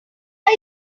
are